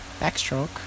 Backstroke